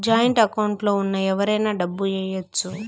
joint account లో ఉన్న ఎవరైనా డబ్బు ఏయచ్చు